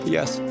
Yes